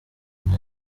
mme